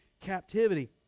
captivity